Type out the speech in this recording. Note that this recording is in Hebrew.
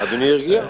אדוני הרגיע.